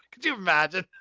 could you imagine!